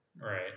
right